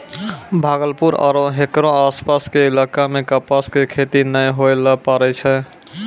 भागलपुर आरो हेकरो आसपास के इलाका मॅ कपास के खेती नाय होय ल पारै छै